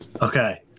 Okay